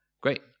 great